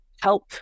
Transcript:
help